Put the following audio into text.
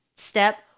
Step